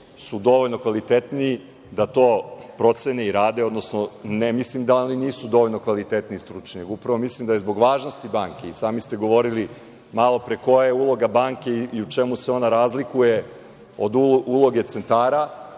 su dovoljno kvalitetniji da to procene i rade, odnosno ne mislim da oni nisu dovoljno kvalitetni i stručni. Upravo mislim da je zbog važnosti banke, i sami ste govorili malopre koja je uloga banke i u čemu se ona razlikuju od uloge centara